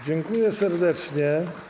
Dziękuję serdecznie.